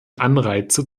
anreize